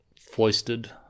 foisted